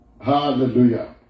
Hallelujah